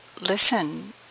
listen